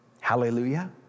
Hallelujah